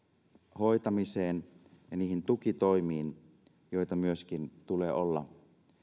hoitamiseen ja niihin tukitoimiin joita myöskin tulee olla